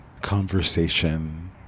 Conversation